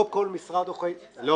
לא כל משרד עורכי --- בסדר,